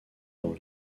dans